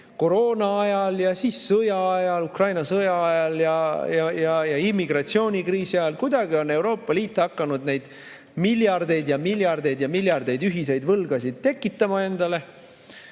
koroona ajal ja siis Ukraina sõja ajal ja immigratsioonikriisi ajal, et kuidagi on Euroopa Liit hakanud neid miljardeid ja miljardeid ja miljardeid ühiseid võlgasid tekitama endale.